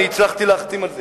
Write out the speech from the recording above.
הצלחתי להחתים על זה.